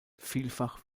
vielfach